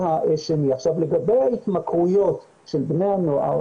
לגבי ההתמכרויות של בני הנוער.